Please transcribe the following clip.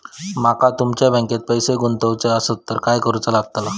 माका तुमच्या बँकेत पैसे गुंतवूचे आसत तर काय कारुचा लगतला?